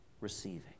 receiving